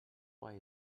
buy